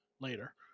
later